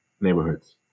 neighborhoods